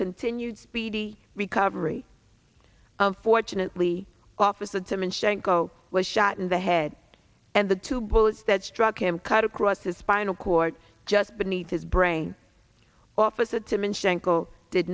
continued speedy recovery unfortunately office with him in shango was shot in the head and the two bullets that struck him cut across his spinal cord just beneath his brain officer t